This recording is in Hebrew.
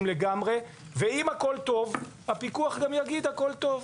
לגמרי; ואם הכול טוב הפיקוח גם יגיד שהכול טוב,